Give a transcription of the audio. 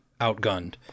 outgunned